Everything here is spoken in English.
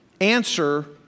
answer